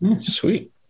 sweet